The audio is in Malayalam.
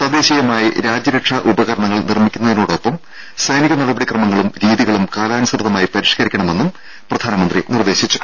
തദ്ദേശീയമായി രാജ്യരക്ഷാ ഉപകരണങ്ങൾ നിർമ്മിക്കുന്നതോടൊപ്പം സൈനിക നടപടി ക്രമങ്ങളും രീതികളും കാലാനുസൃതമായി പരിഷ്ക്കരിക്കണമെന്നും പ്രധാനമന്ത്രി നിർദേശിച്ചു